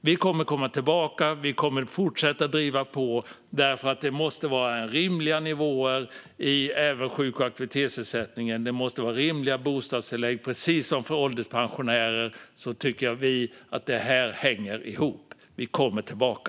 Vi kommer att komma tillbaka, och vi kommer att fortsätta driva på därför att det måste vara rimliga nivåer även i sjuk och aktivitetsersättningen. Det måste vara rimliga bostadstillägg, precis som för ålderspensionärer. Vi tycker att det hänger ihop. Vi kommer tillbaka.